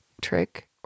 trick